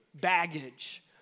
baggage